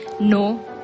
no